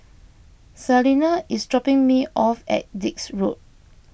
Salina is dropping me off at Dix Road